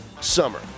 summer